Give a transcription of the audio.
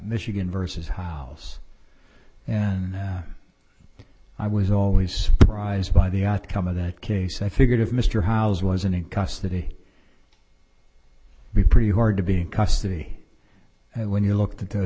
michigan versus house i was always surprised by the outcome of that case i figured if mr howe's wasn't in custody be pretty hard to be in custody and when you look at the